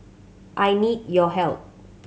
I need your help